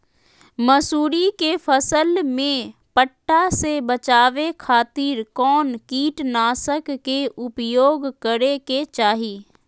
मसूरी के फसल में पट्टा से बचावे खातिर कौन कीटनाशक के उपयोग करे के चाही?